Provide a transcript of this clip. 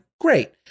Great